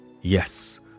Yes